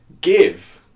give